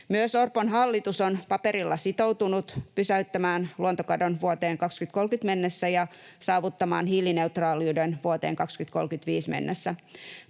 Myös Orpon hallitus on paperilla sitoutunut pysäyttämään luontokadon vuoteen 2030 mennessä ja saavuttamaan hiilineutraaliuden vuoteen 2035 mennessä.